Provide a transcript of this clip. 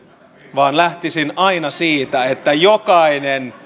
vaan lähtisin aina siitä että jokainen